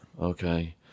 Okay